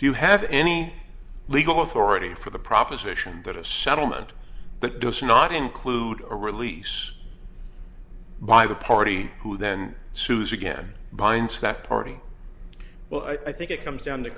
do you have any legal authority for the proposition that a settlement but does not include a release by the party who then susie again binds that party well i think it comes down t